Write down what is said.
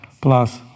plus